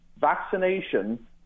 vaccination